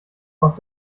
auf